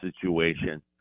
situation